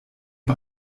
bei